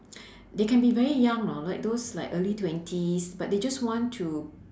they can be very young lor like those like early twenties but they just want to